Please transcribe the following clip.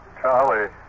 Charlie